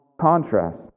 contrast